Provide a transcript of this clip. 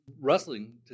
wrestling